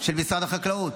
של משרד החקלאות,